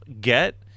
get